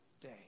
day